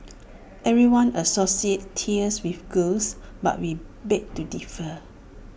everyone associates tears with girls but we beg to differ